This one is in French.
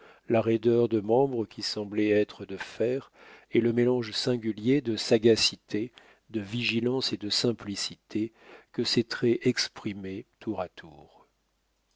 la raideur de membres qui semblaient être de fer et le mélange singulier de sagacité de vigilance et de simplicité que ses traits exprimaient tour à tour